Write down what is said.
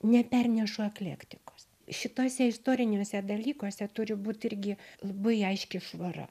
nepernešu eklektikos šituose istoriniuose dalykuose turi būt irgi labai aiški švara